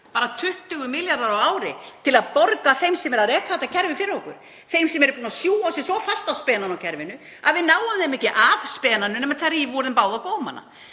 20 milljarðar á ári til að borga þeim sem reka þetta kerfi fyrir okkur, sem eru búnir að sjúga sig svo fast á spenann á kerfinu að við náum þeim ekki af spenanum nema að rífa úr þeim báða gómana.